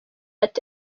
ati